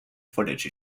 footage